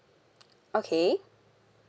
okay